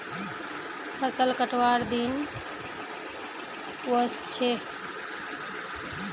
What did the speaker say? फसल कटवार दिन व स छ